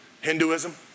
Hinduism